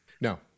No